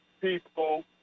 people